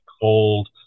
cold